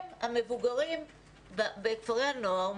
הם המבוגרים בכפרי הנוער,